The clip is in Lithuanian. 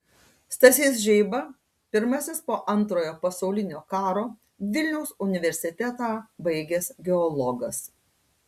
stasys žeiba pirmasis po antrojo pasaulinio karo vilniaus universitetą baigęs geologas